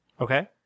Okay